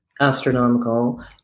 astronomical